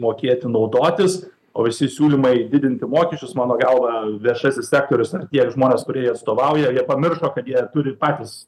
mokėti naudotis o visi siūlymai didinti mokesčius mano galva viešasis sektorius ar tie žmonės kurie jį atstovauja jie pamiršo kad jie turi patys